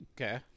Okay